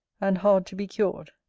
and hard to be cured.